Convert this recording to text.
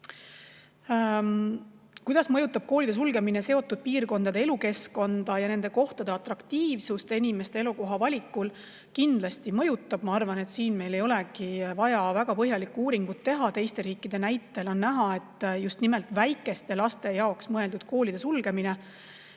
mõjutab koolide sulgemine nende piirkondade elukeskkonda ja selle atraktiivsust inimeste silmis elukoha valikul? Kindlasti see mõjutab. Ma arvan, et siin ei olegi vaja väga põhjalikku uuringut teha. Teiste riikide näitel on näha, et just nimelt väikeste laste jaoks mõeldud koolide sulgemine,